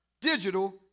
digital